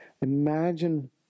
imagine